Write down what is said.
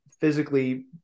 physically